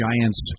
Giants